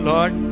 Lord